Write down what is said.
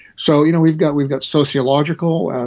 so you know we've got we've got sociological,